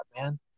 man